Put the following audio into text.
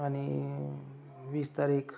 आणि वीस तारीख